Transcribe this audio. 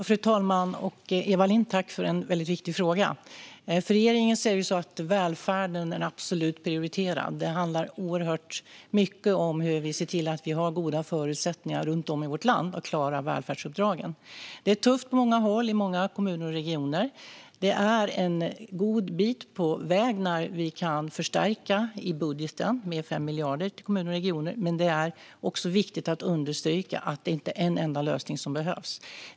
Fru talman! Jag tackar Eva Lindh för en mycket viktig fråga. För regeringen är välfärden absolut en prioriterad fråga. Det handlar oerhört mycket om hur vi ser till att vi har goda förutsättningar runt om i vårt land för att klara välfärdsuppdragen. Det är tufft på många håll i många kommuner och regioner. Vi är en god bit på väg när vi i budgeten kan göra en förstärkning med 5 miljarder till kommuner och regioner. Men det är också viktigt att understryka att det inte är bara en enda lösning som behövs.